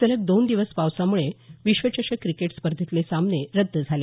सलग दोन दिवस पावसामुळं विश्वचषक क्रिकेट स्पर्धेतले सामने रद्द झाले